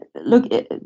Look